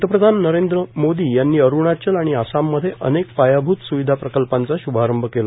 पंतप्रधान नरेंद्र मोदी यांनी अरूणाचल आणि आसाममध्ये अनेक पायाभूत सुविधा प्रकल्पांचा शुभारंभ केला